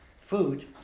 food